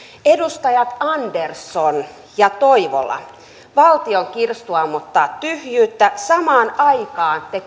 edustajat andersson ja toivola valtion kirstu ammottaa tyhjyyttään samaan aikaan te